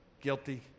guilty